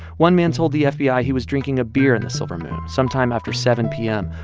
one man told the fbi ah he was drinking a beer in the silver moon sometime after seven p m.